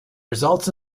results